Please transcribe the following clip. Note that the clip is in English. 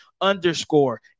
underscore